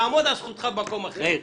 תעמוד על זכותך במקום אחר.